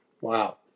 Wow